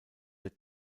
der